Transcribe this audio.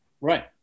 Right